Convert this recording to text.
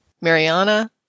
Mariana